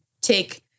take